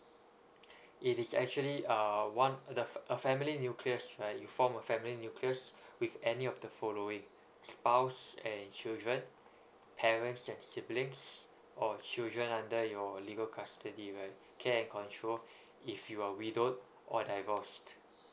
it is actually uh one the fam~ a family nucleus right you form a family nucleus with any of the following spouse and children parents and siblings or children under your legal custody right care in control if you are widowed or divorced